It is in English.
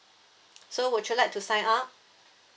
so would you like to sign up